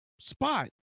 spot